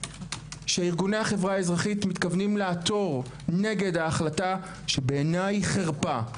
שארגוני החברה האזרחית מתכוונים לעתור נגד ההחלטה שבעיניי היא חרפה.